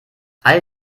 all